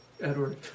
Edward